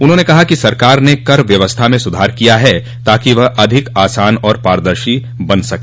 उन्होंने कहा कि सरकार ने कर व्यवस्था में सूधार किया है ताकि वह अधिक आसान और पारदर्शी बन सके